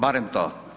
Barem to.